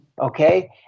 Okay